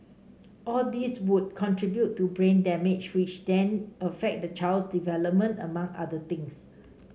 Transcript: all these would contribute to brain damage which then affect the child's development among other things